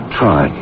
try